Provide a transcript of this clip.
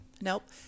Nope